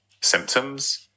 symptoms